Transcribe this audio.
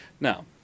now